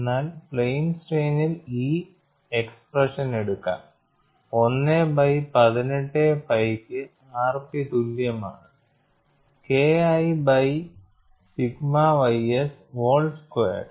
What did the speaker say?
എന്നാൽ പ്ലെയിൻ സ്ട്രെയ്നിൽ ഈ എക്സ്പ്രഷൻ എടുക്കാം 1 ബൈ 18 പൈ ക്ക് r p തുല്യമാണ് KI by sigma ys whole squared